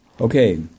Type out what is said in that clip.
Okay